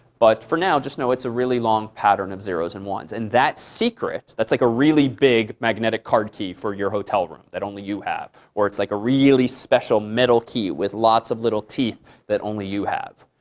but for now, just know it's a really long pattern of zero s and one s. and that secret that's like a really big magnetic card key for your hotel room that only you have, or it's like a really special metal key with lots of little teeth that only you have.